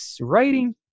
writing